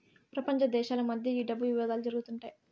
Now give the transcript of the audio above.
ప్రపంచ దేశాల మధ్య ఈ డబ్బు వివాదాలు జరుగుతుంటాయి